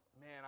man